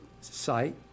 site